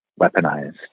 weaponized